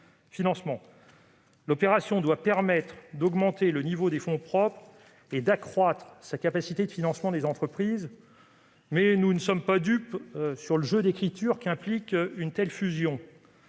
L'opération doit permettre d'augmenter le niveau des fonds propres et d'accroître sa capacité de financement des entreprises, mais nous ne sommes pas dupes sur le jeu d'écriture qu'implique une telle fusion.